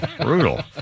Brutal